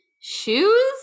shoes